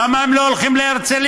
למה הם לא הולכים להרצליה?